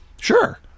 Sure